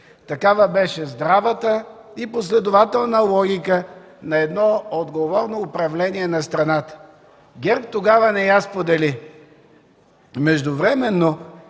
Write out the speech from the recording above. Такава беше здравата и последователна логика на едно отговорно управление на страната. ГЕРБ тогава не я сподели. Междувременно